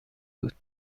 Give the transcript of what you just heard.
بود